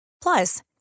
Plus